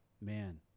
man